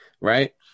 right